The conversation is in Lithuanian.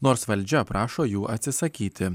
nors valdžia prašo jų atsisakyti